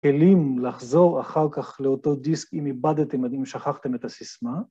כלים לחזור אחר כך לאותו דיסק אם איבדתם, אם שכחתם את הסיסמה.